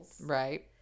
right